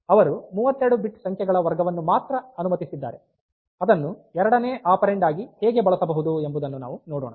ಅವರು 32 ಬಿಟ್ ಸಂಖ್ಯೆಗಳ ವರ್ಗವನ್ನು ಮಾತ್ರ ಅನುಮತಿಸಿದ್ದಾರೆ ಅದನ್ನು ಎರಡನೇ ಆಪೆರಾನ್ಡ್ ಆಗಿ ಹೇಗೆ ಬಳಸಬಹುದು ಎಂಬುದನ್ನು ನಾವು ನೋಡೋಣ